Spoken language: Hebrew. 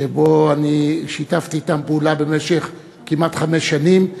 שבו, שיתפתי פעולה אתם כמעט חמש שנים.